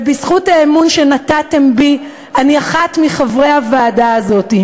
ובזכות האמון שנתתם בי אני אחת מחברי הוועדה הזאת.